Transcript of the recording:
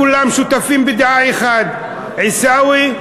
כולם שותפים בדעה אחת: עיסאווי,